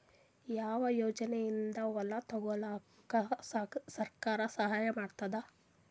ಯಾವ ಯೋಜನೆಯಿಂದ ಹೊಲ ತೊಗೊಲುಕ ಸರ್ಕಾರ ಸಹಾಯ ಮಾಡತಾದ?